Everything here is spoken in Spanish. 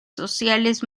sociales